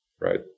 right